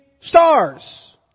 stars